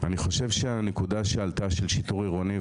אני חושב שהנקודה שעלתה של שיטור עירוני,